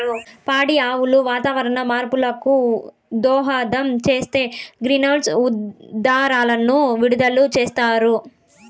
పాడి ఆవులు వాతావరణ మార్పులకు దోహదం చేసే గ్రీన్హౌస్ ఉద్గారాలను విడుదల చేస్తాయి